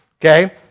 Okay